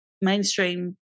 mainstream